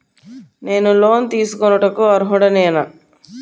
నేను లోన్ తీసుకొనుటకు అర్హుడనేన?